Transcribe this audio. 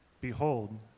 Behold